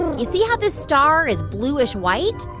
you see how this star is bluish-white?